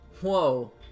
Whoa